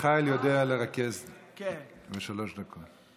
מיכאל יודע לרכז בשלוש דקות.